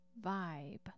vibe